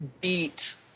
beat